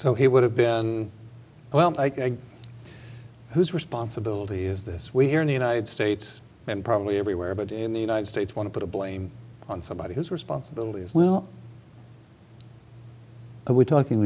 so he would have been well whose responsibility is this we here in the united states and probably everywhere but in the united states want to put a blame on somebody whose responsibility is well we're talking